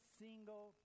single